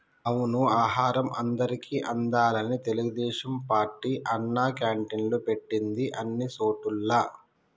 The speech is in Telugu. అవును ఆహారం అందరికి అందాలని తెలుగుదేశం పార్టీ అన్నా క్యాంటీన్లు పెట్టింది అన్ని సోటుల్లా